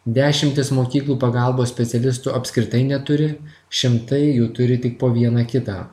dešimtys mokyklų pagalbos specialistų apskritai neturi šimtai jų turi tik po vieną kitą